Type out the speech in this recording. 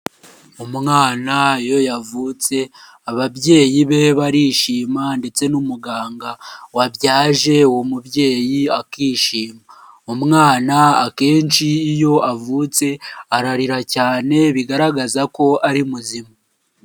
Umwana iyo yavutse ababyeyi be barishima ndetse n'umuganga wabyaje uwo mubyeyi akishima, umwana akenshi iyo avutse ararira cyane bigaragaza ko ari muzima.